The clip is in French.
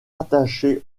rattachée